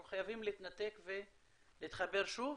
אנחנו חייבים להתנתק ולהתחבר שוב.